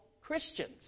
Christians